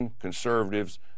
conservatives